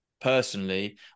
personally